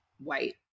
white